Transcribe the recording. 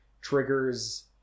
triggers